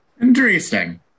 Interesting